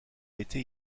été